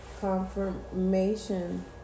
confirmation